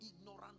ignorant